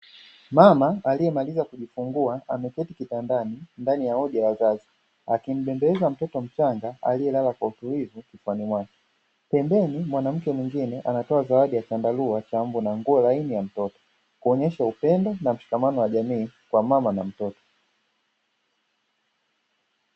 Mama iliyemaliza kujifungua, ameketi kitandani ndani ya wodi ya wazazi, akimbembeleza mtoto mchanga aliyelala kwa utulivu kifuani mwake. Pembeni mwanamke mwingine anatoa zawadi ya chandarua cha mbu na nguo laini ya mtoto. Kuonyesha upendo na mshikamano wa jamii kwa mama na mtoto.